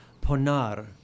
ponar